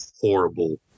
horrible